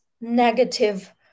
negative